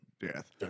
death